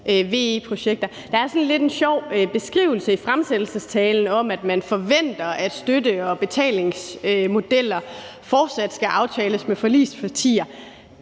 lidt en sjov beskrivelse i fremsættelsestalen om, at man forventer, at støtte- og betalingsmodeller fortsat skal aftales med forligspartier.